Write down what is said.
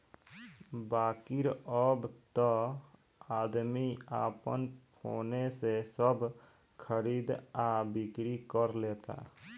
बाकिर अब त आदमी आपन फोने से सब खरीद आ बिक्री कर लेता